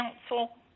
council